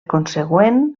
consegüent